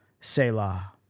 Selah